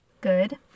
good